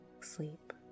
sleep